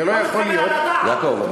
זה לא יכול להיות, זה לא מתקבל על הדעת.